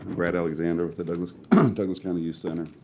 brad alexander with the douglas douglas county youth center.